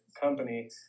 company –